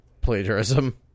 plagiarism